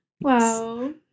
wow